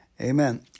Amen